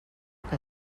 que